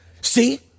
see